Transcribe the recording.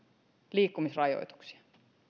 liikkumisrajoituksia